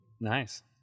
Nice